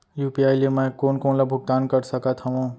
UPI ले मैं कोन कोन ला भुगतान कर सकत हओं?